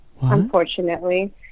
unfortunately